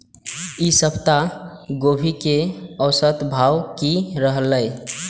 ई सप्ताह गोभी के औसत भाव की रहले?